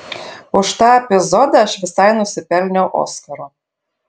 už tą epizodą aš visai nusipelniau oskaro